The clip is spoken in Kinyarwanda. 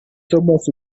thomas